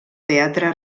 teatre